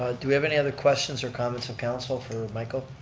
ah do we have any other questions or comments of council for michael?